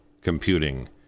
computing